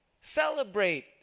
Celebrate